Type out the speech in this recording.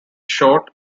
short